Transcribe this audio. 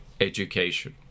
education